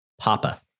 Papa